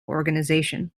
organization